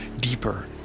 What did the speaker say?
deeper